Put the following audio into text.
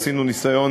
עשינו ניסיון,